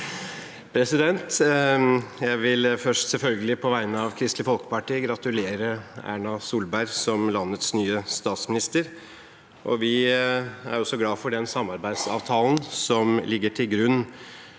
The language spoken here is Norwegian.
listen. Jeg vil selvfølgelig først – på vegne av Kristelig Folkeparti – gratulere Erna Solberg som landets nye statsminister. Vi er også glad for samarbeidsavtalen som ligger til grunn